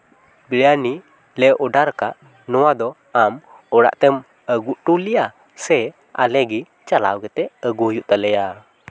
ᱵᱤᱨᱭᱟᱱᱤ ᱞᱮ ᱚᱰᱟᱨ ᱟᱠᱟᱫ ᱱᱚᱣᱟ ᱫᱚ ᱟᱢ ᱚᱲᱟᱜ ᱛᱮᱢ ᱟᱹᱜᱩ ᱦᱚᱴᱚᱣ ᱞᱮᱭᱟ ᱥᱮ ᱟᱞᱮ ᱜᱮ ᱪᱟᱞᱟᱣ ᱠᱟᱛᱮᱫ ᱟᱹᱜᱩ ᱦᱩᱭᱩᱜ ᱛᱟᱞᱮᱭᱟ